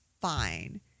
fine